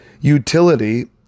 utility